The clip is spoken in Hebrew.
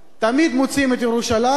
תמיד מוציאים את ירושלים,